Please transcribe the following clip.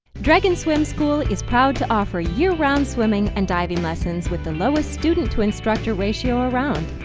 dragon swim school is proud to offer year round swimming and diving lessons with the lowest student to instructor ratio around.